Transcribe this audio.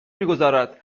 میگذارد